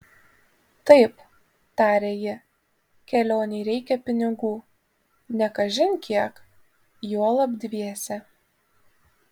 taip tarė ji kelionei reikia pinigų ne kažin kiek juolab dviese